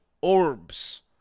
orbs